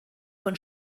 von